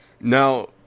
Now